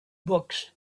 books